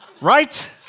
Right